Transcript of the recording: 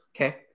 Okay